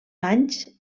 anys